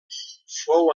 fou